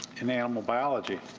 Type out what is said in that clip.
in animal biology.